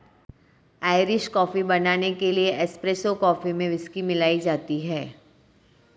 Irish coffee बनाने के लिए एस्प्रेसो कॉफी में व्हिस्की मिलाई जाती है